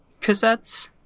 cassettes